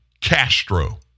Castro